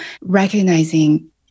Recognizing